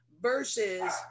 Versus